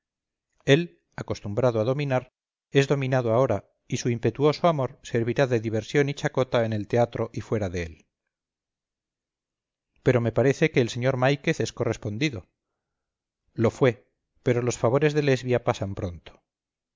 él acostumbrado a dominar es dominado ahora y su impetuoso amor servirá de diversión y chacota en el teatro y fuera de él pero me parece que el sr máiquez es correspondido lo fue pero los favores de lesbia pasan pronto